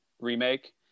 remake